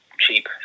cheap